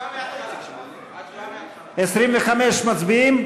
25 מצביעים?